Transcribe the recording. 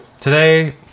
today